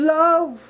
love